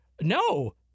no